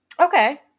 Okay